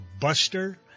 Buster